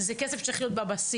זה כסף שצריך להיות בבסיס.